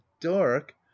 dark